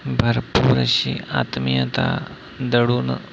भरपूर अशी आत्मीयता दडून